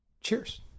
Cheers